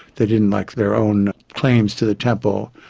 they didn't like their own claims to the temple,